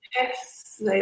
Yes